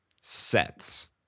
Sets